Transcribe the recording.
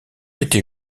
était